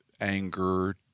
anger